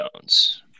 Jones